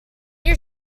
your